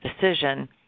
decision